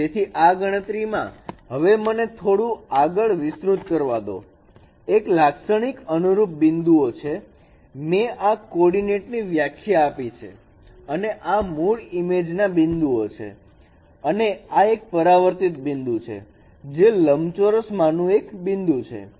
તેથી આ ગણતરીઓમાં હવે મને હવે થોડું આગળ વિસ્તૃત કરવા દોએક લાક્ષણિક અનુરૂપ બિંદુઓ છે મેં આ કોઓર્ડીનેટ ની વ્યાખ્યા આપી છે અને આ મૂળ ઇમેજના બિંદુઓ છે અને આ એક પરાવર્તિત બિંદુ છે જે લંબચોરસ માં નું એક બિંદુ છે